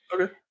Okay